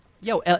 Yo